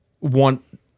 want